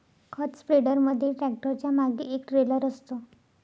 खत स्प्रेडर मध्ये ट्रॅक्टरच्या मागे एक ट्रेलर असतं